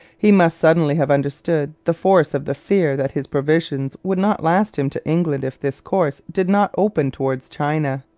he must suddenly have understood the force of the fear that his provisions would not last him to england if this course did not open towards china.